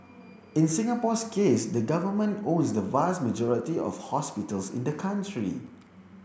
in Singapore's case the Government owns the vast majority of hospitals in the country